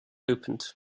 opened